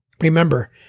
Remember